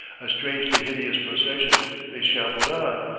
a strangely hideous procession, they shambled on,